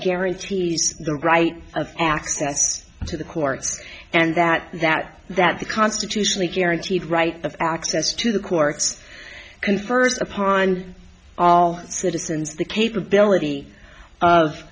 guarantees the right of access to the courts and that that that the constitutionally guaranteed right of access to the courts confers upon all citizens the capability of